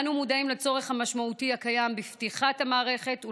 אנו מודעים לצורך המשמעותי הקיים בפתיחת המערכת,